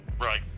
Right